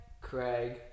Craig